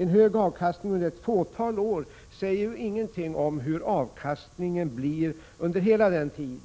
En hög avkastning under ett fåtal år säger ingenting om hur avkastningen blir under hela den tid